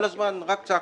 כל הזמן רק צעקות.